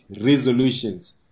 resolutions